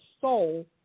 soul